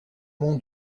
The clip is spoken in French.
mon